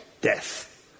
death